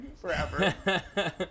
forever